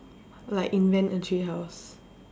like invent a tree house